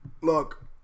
Look